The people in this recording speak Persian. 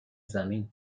زمین